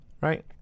right